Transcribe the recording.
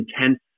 intense